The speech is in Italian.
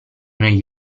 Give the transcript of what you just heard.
negli